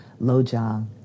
Lojong